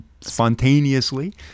spontaneously